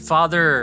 Father